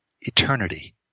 Eternity